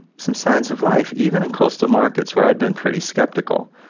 some signs of life, even in coastal markets where i'd been pretty skeptical.